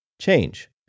change